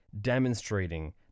demonstrating